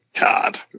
God